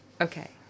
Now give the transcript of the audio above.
okay